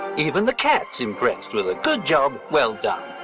even the cat's impressed with a good job well done.